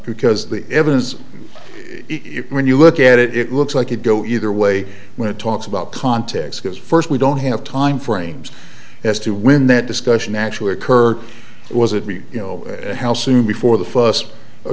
because the evidence when you look at it it looks like it go either way when it talks about context because first we don't have time frames as to when that discussion actually occurred was it be you know how soon before the f